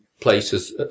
places